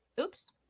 Oops